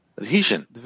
adhesion